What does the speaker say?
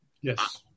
Yes